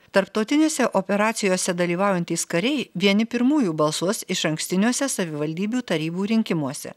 tarptautinėse operacijose dalyvaujantys kariai vieni pirmųjų balsuos išankstiniuose savivaldybių tarybų rinkimuose